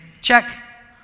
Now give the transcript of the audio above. check